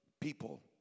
people